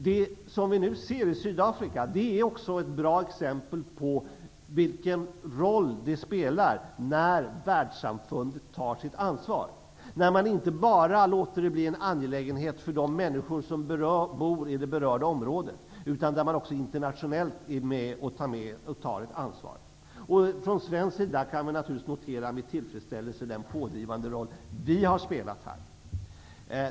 Det som vi nu ser i Sydafrika är också ett bra exempel på vilken roll det spelar när världssamfundet tar sitt ansvar, när man inte bara låter förhållandena bli en angelägenhet för de människor som bor i det berörda området, utan också internationellt vill ta ett ansvar. Från svensk sida kan vi naturligtvis med tillfredsställelse notera den pådrivande roll som vi har spelat här.